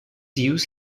youth